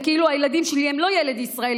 כאילו הילדים שלי הם לא ילד ישראלי,